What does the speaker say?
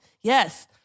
Yes